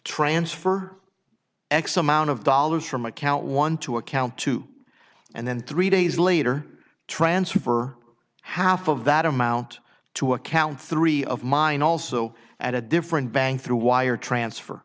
transfer x amount of dollars from my account one to account two and then three days later transfer half of that amount to account three of mine also at a different bank through wire transfer